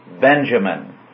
Benjamin